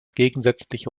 gegensätzliche